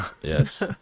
yes